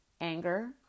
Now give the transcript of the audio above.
anger